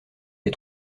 les